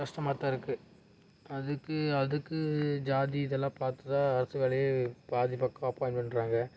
கஷ்டமாதான் இருக்குது அதுக்கு அதுக்கு ஜாதி இதெல்லாம் பார்த்துதான் அரசு வேலையே பாதி பக்கம் அப்பாய்ண்ட் பண்ணுறாங்க